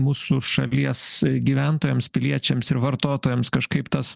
mūsų šalies gyventojams piliečiams ir vartotojams kažkaip tas